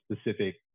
specific